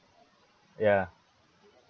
ya